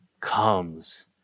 comes